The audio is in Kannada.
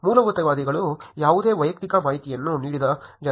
ಮೂಲಭೂತವಾದಿಗಳು ಯಾವುದೇ ವೈಯಕ್ತಿಕ ಮಾಹಿತಿಯನ್ನು ನೀಡದ ಜನರು